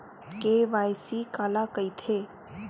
KYC काला कइथे?